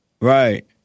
Right